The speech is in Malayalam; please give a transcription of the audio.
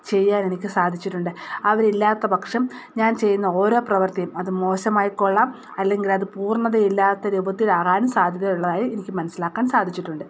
ചെയ്യാൻ എനിക്ക് സാധിച്ചിട്ടുണ്ട് അവരില്ലാത്ത പക്ഷം ഞാൻ ചെയ്യുന്ന ഓരോ പ്രവർത്തിയും അത് മോശമായിക്കൊള്ളാം അല്ലെങ്കിലത് പൂർണ്ണതയില്ലാത്ത രൂപത്തിൽ ആകാനും സാധ്യതയുള്ളതായി എനിക്ക് മനസ്സിലാക്കാൻ സാധിച്ചിട്ടുണ്ട്